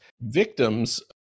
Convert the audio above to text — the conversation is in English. victims